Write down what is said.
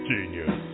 Genius